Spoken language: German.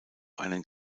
einen